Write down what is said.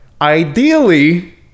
ideally